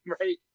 right